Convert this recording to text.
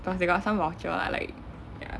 plus they got some voucher lah like ya